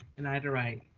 and ida wright,